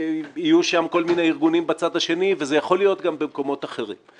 ויהיו שם כל מיני ארגונים בצד השני וזה יכול להיות גם במקומות אחרים.